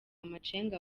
amacenga